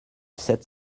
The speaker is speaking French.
sept